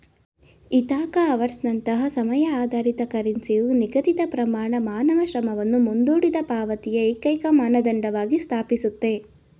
Ithaca ಅವರ್ಸ್ನಂತಹ ಸಮಯ ಆಧಾರಿತ ಕರೆನ್ಸಿಯು ನಿಗದಿತಪ್ರಮಾಣ ಮಾನವ ಶ್ರಮವನ್ನು ಮುಂದೂಡಿದಪಾವತಿಯ ಏಕೈಕಮಾನದಂಡವಾಗಿ ಸ್ಥಾಪಿಸುತ್ತೆ